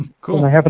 Cool